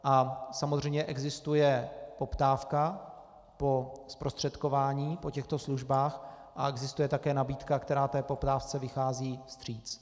A samozřejmě existuje poptávka po zprostředkování po těchto službách a existuje také nabídka, která té poptávce vychází vstříc.